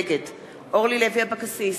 נגד אורלי לוי אבקסיס,